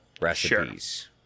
recipes